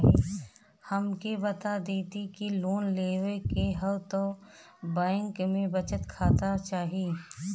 हमके बता देती की लोन लेवे के हव त बैंक में बचत खाता चाही?